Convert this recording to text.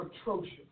atrocious